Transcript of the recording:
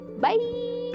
Bye